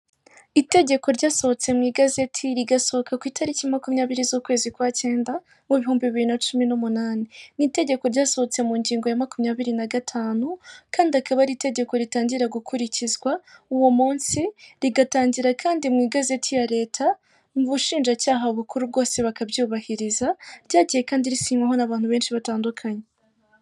Uyu ni umuhanda ushamikiyeho indi mihanda. Nta modoka n'imwe urimo. Ku nkengero z'umuhanda hariho ibiti n'inzu.